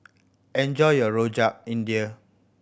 enjoy your Rojak India